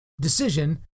decision